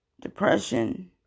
depression